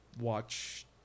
watch